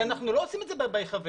אנחנו לא עושים את זה בהיחבא.